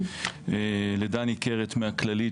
לדני קרת מהכללית,